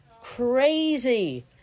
crazy